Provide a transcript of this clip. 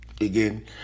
Again